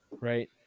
Right